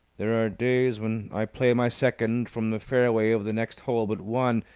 there are days when i play my second from the fairway of the next hole but one,